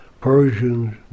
Persians